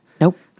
Nope